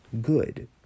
good